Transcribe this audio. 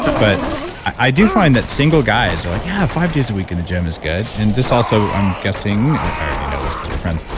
but i do find that single guys are like, yeah, five days a week in the gym is good. and this also i'm guessing, i already know this because we're friends,